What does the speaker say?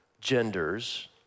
genders